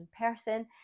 person